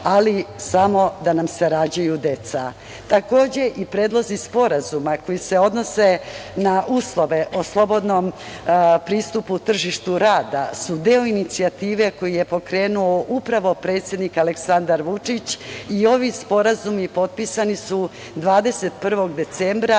ali samo da nam se rađaju deca. Takođe, i predlozi sporazuma koji se odnose na uslove o slobodnom pristupu tržištu rada su deo inicijative koju je pokrenuo upravo predsednik Aleksandar Vučić i ovi sporazumi potpisani su 21. decembra